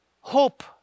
hope